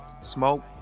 smoke